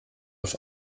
auf